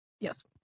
yes